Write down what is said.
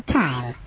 time